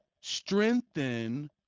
Strengthen